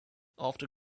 after